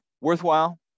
worthwhile